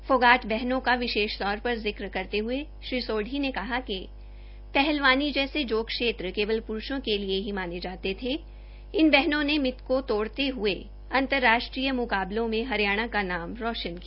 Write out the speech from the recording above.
फोगाट बहनों का विशेष तौर पर जिक्र करते हये श्री सोढी ने कहा कि पहलवानी जैसे जो क्षेत्र केवल प्रूषों के लिए ही माने जाते थे इन बहनों के मिथ को तोड़ते हये अंतर्राष्ट्रीय म्काबलों में हरियाणा का नाम रोशन किया